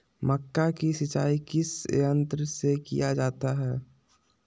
मक्का की सिंचाई किस यंत्र से किया जाता है?